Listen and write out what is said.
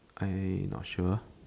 I not sure